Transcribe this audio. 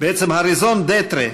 ה-raison d'etre,